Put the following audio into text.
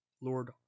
Lord